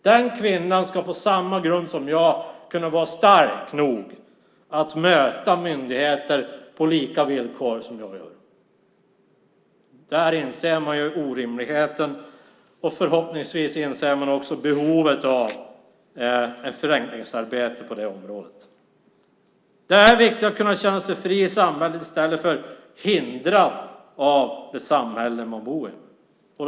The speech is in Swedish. Den kvinnan ska vara stark nog att möta myndigheter på samma villkor som jag. Där inser man orimligheten, och förhoppningsvis inser man behovet av ett förenklingsarbete på området. Det är viktigt att kunna känna sig fri i samhället i stället för hindrad av det samhälle man bor i.